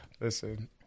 Listen